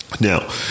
Now